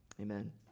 amen